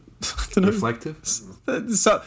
reflective